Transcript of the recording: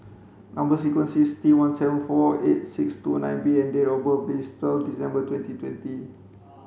number sequence is T one seven four eight six two nine B and date of birth is twelve December twenty twenty